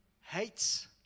hates